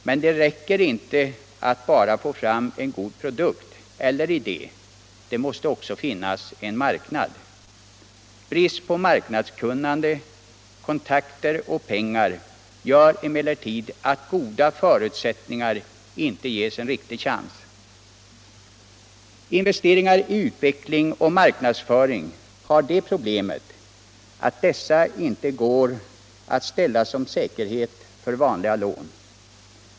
Men det räcker inte att få fram en god produkt eller idé — det måste också finnas en marknad. Brist på marknadskunnande, kontakter och pengar gör emellertid att goda förutsättningar inte ges en riktig chans. Investeringar i utveckling och marknadsföring har det problemet att dessa inte går att ställa som säkerhet för vanliga lån.